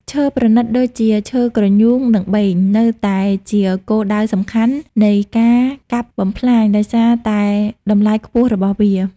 ឈើប្រណិតដូចជា ឈើគ្រញូង និងបេង នៅតែជាគោលដៅសំខាន់នៃការកាប់បំផ្លាញ ដោយសារតែតម្លៃខ្ពស់របស់វា។